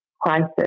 crisis